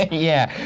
yeah.